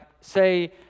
say